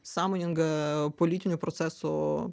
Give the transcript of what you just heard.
sąmoninga politinio proceso